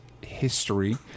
history